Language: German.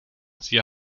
sie